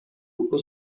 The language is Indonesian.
buku